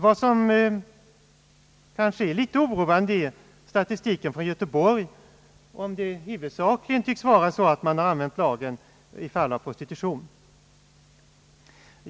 Vad som kanske är litet oroande är statistiken från Göteborg, där det huvudsakligen tycks vara så att man använt lagen i fall av prostitution.